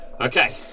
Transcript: Okay